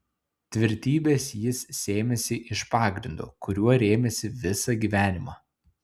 tvirtybės jis sėmėsi iš pagrindo kuriuo rėmėsi visą gyvenimą